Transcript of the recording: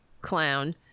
clown